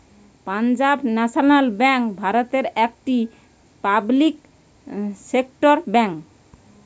Punjab national bank ভারতের একটি public sector bank